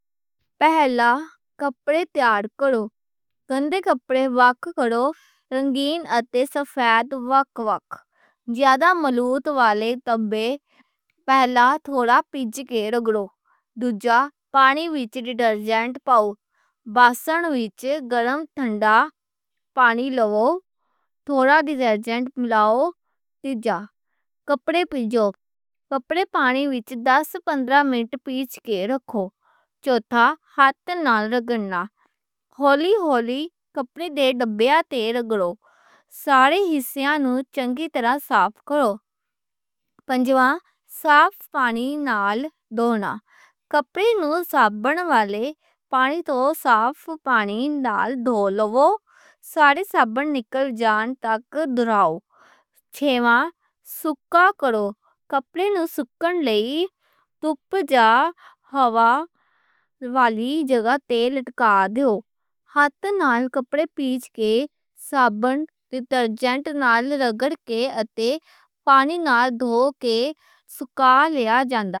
پہلا، کپڑے تیار کرو۔ گندے کپڑے وکھ کرو۔ رنگین اتے سفید وکھ وکھ۔ زیادہ ملوّت والے نوں پہلا تھوڑا پِیچھ کے رگڑو۔ دوجا، پانی وچ ڈٹرجنٹ پاؤ۔ ٹب وچ گرم یا ٹھنڈا پانی لاؤ۔ تھوڑا ڈٹرجنٹ مِلاو۔ تیجا، کپڑے پِیچھو۔ کپڑے پانی وچ دس پندرہ منٹ پِیچھ کے رکھو۔ چوتھا، ہتھ نال رگڑنا۔ ہولی ہولی کپڑے دے دھبّے تے رگڑو۔ سارے حصّے نوں چنگی طرح صاف کرو۔ پنجواں، صاف پانی نال دھونا۔ کپڑے نوں صابن والے پانی توں صاف پانی نال دھو لو۔ سارے صابن نکل جان تک دہراؤ۔ چھےواں، سکا کرو۔ کپڑے نوں سُکّن لئی دھوپ یا ہوا والی جگہ تے لٹکا دو۔ ہتھ نال کپڑے پِیچھ کے، صابن، ڈٹرجنٹ نال رگڑ کے تے پانی نال دھو کے سکا لیا جاندا۔